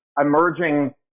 emerging